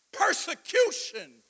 persecution